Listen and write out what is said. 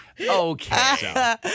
Okay